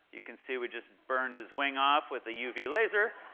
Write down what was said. you can see we just burned his wing off with a uv laser.